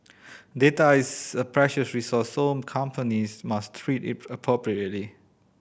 data is a precious resource so companies must treat it appropriately